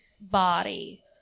body